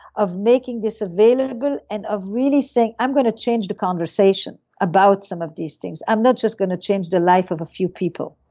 of making this available, and of really saying, i'm going to change the conversation about some of this things. i'm not just going to change the life of a few people